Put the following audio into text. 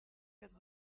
quatre